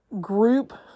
group